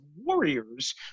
Warriors